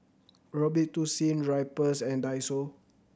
Robitussin Drypers and Daiso